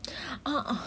uh uh